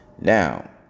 Now